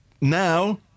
Now